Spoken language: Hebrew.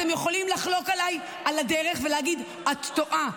אתם יכולים לחלוק עליי, על הדרך, ולהגיד: את טועה.